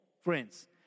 friends